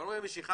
גורמי המשיכה,